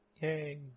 Yay